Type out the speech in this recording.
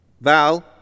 Val